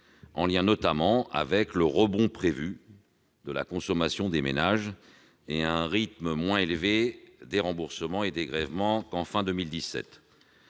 en lien notamment avec le rebond prévu de la consommation des ménages et un rythme moins élevé des remboursements et dégrèvements qu'à la fin 2017.